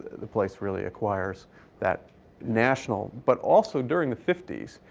the place really acquires that national but also during the fifty s,